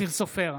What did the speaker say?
אופיר סופר,